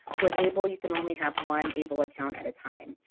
with able you can only have one able account at a time.